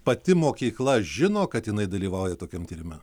pati mokykla žino kad jinai dalyvauja tokiam tyrime